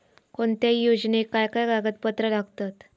कोणत्याही योजनेक काय काय कागदपत्र लागतत?